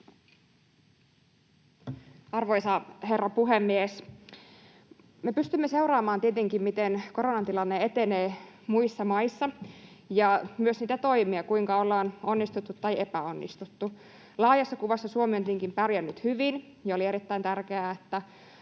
Arvoisa herra puhemies! Me pystymme seuraamaan tietenkin sitä, miten koronatilanne etenee muissa maissa, ja myös niitä toimia, kuinka ollaan onnistuttu tai epäonnistuttu. Laajassa kuvassa Suomi on tietenkin pärjännyt hyvin. Oli erittäin tärkeää, että